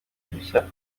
ibishya